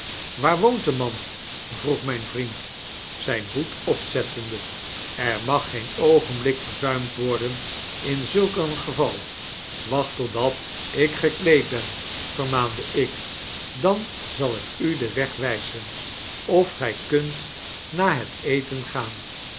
waar woont de manp vroeg mijn vriend zyn hoed opzettende er mag geen oogenblik verzuimd worden in zulk een geval wacht totdat ik gekleed ben vermaande ik dan zal ik u den weg wyzen of gy kunt na het eten gaan